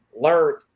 learned